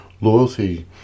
Loyalty